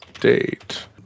date